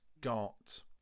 got